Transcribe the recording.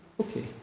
Okay